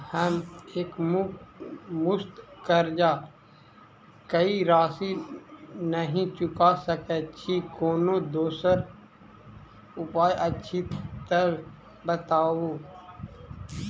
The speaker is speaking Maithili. हम एकमुस्त कर्जा कऽ राशि नहि चुका सकय छी, कोनो दोसर उपाय अछि तऽ बताबु?